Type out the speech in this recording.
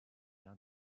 l’un